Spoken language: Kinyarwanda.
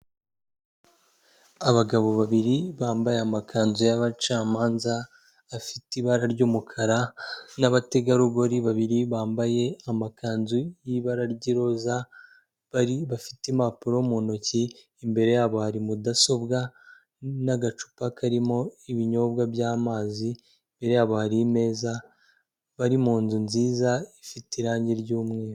Abagabo babiri bambaye amakanzu y'abacamanza, afite ibara ry'umukara n'abategarugori babiri bambaye amakanzu y'ibara ry'iroza, bari bafite impapuro mu ntoki, imbere yabo hari mudasobwa n'agacupa karimo ibinyobwa by'amazi. Imbere yabo hari imeza bari mu nzu nziza, ifite irange ry'umweru.